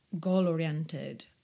goal-oriented